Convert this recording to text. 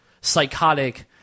psychotic